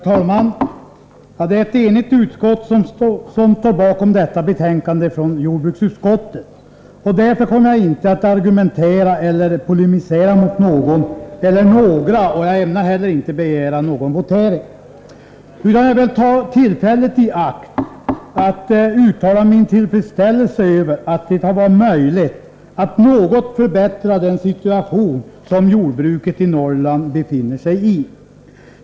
Herr talman! Det är ett enigt utskott som står bakom detta betänkande från jordbruksutskottet. Därför kommer jag inte att argumentera eller polemisera mot någon eller några. Jag ämnar inte heller begära votering. Jag vill emellertid ta tillfället i akt för att uttala min tillfredsställelse över att det har varit möjligt att något förbättra den situation som jordbruket i Norrland befinner sigi.